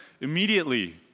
immediately